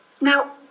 Now